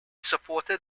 supported